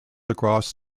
across